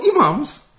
imams